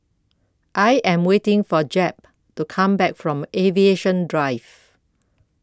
I Am waiting For Jep to Come Back from Aviation Drive